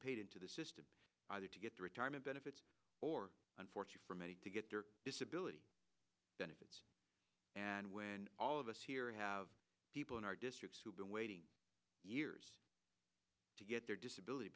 paid into the system either to get the retirement benefits or unfortunate for many to get their disability benefits and when all of us here have people in our districts who've been waiting years to get their disability